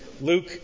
Luke